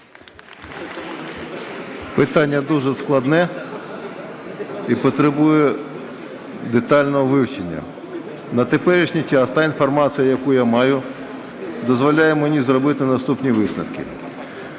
Питання дуже складне і потребує детального вивчення. На теперішній час та інформація, яку я маю, дозволяє мені зробити наступні висновки.